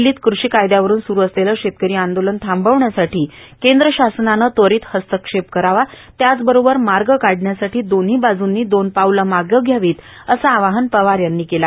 दिल्लीत कृषी कायदयावरून सुरू असलेलं शेतकरी आंदोलन थांबवण्यासाठी केंद्र शासनानं त्वरीत हस्तक्षेप करावा त्याच बरोबर मार्ग काढण्यासाठी दोन्ही बाजूंनी दोन पावलं मागे घ्यावीत असं आवाहन पवार यांनी केलं